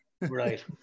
Right